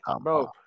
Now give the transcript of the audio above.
bro